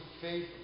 faith